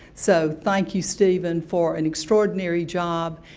so, thank you, stephen, for an extraordinary job,